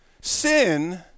Sin